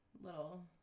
little